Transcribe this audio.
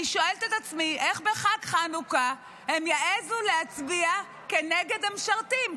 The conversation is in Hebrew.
אני שואלת את עצמי איך בחג חנוכה הם יעזו להצביע כנגד המשרתים,